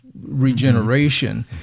regeneration